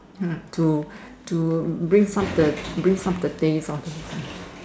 ha to to bring up the bring up the taste all those